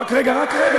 רק רגע,